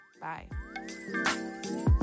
bye